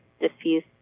diffuse